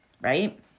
right